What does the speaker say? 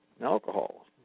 alcohol